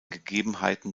gegebenheiten